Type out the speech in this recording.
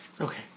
Okay